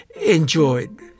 enjoyed